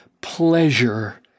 pleasure